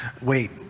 Wait